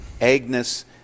Agnes